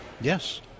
Yes